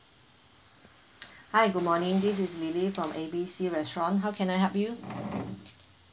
hi good morning this is lily from A B C restaurant how can I help you